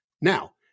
Now